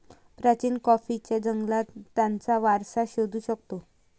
प्राचीन कॉफीच्या जंगलात त्याचा वारसा शोधू शकतो